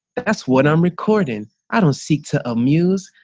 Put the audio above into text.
that's what i'm recording. i don't seek to amuse.